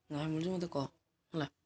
ଯାହା ମିଳୁଛି ମୋତେ କହ ହେଲା